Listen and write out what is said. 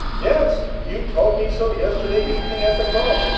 yes! you told me so yesterday evening at the club.